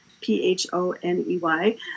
p-h-o-n-e-y